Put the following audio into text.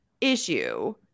issue